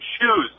shoes